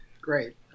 Great